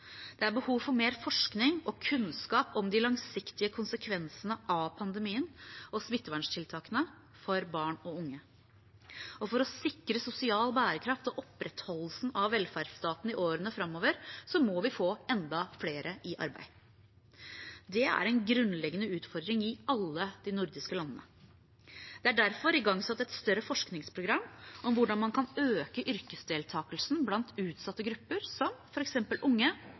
Det er behov for mer forskning og kunnskap om de langsiktige konsekvensene av pandemien og smittevernstiltakene for barn og unge. For å sikre sosial bærekraft og opprettholdelsen av velferdsstaten i årene framover må vi få flere i arbeid. Det er en grunnleggende utfordring i alle nordiske land. Det er derfor igangsatt et større forskningsprogram om hvordan man kan øke yrkesdeltakelsen blant utsatte grupper, som f.eks. unge,